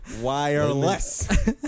Wireless